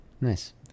Nice